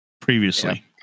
previously